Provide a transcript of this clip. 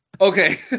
Okay